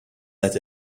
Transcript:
let